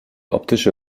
optische